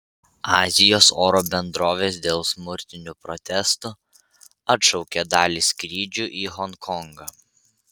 azijos oro bendrovės dėl smurtinių protestų atšaukė dalį skrydžių į honkongą